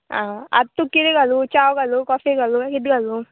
आं आतां तुक किदें घालूं चाव घालू कॉफी घालूं किदें घालूं